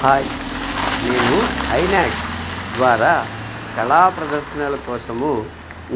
hi నేను ఐనాక్స్ ద్వారా కళా ప్రదర్శనల కోసము